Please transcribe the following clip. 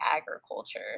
agriculture